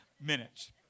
minutes